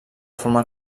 forma